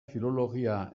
filologia